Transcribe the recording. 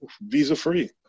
visa-free